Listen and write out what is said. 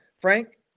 Frank